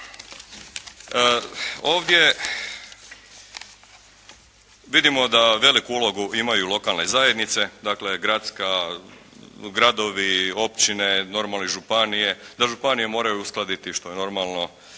Ovdje vidimo da veliku ulogu imaju lokalne zajednice. Dakle, gradska, gradovi, općine, normalno i županije, da županije moraju uskladiti što je normalno